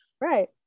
Right